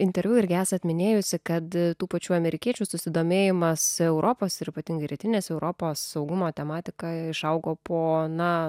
interviu irgi esat minėjusi kad tų pačių amerikiečių susidomėjimas europos ir ypatingai rytinės europos saugumo tematika išaugo po na